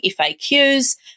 FAQs